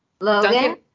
Logan